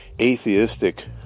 atheistic